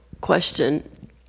question